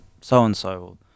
so-and-so